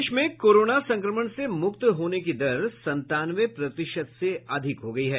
प्रदेश में कोरोना संक्रमण से मुक्त होने की दर संतानवे प्रतिशत से अधिक हो गई है